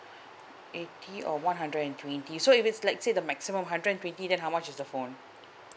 eighty or one hundred and twenty so if it's let's say the maximum hundred and twenty then how much is the phone